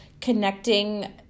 connecting